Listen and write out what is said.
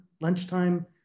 lunchtime